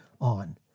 on